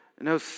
No